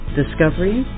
discovery